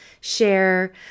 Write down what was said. share